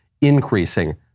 increasing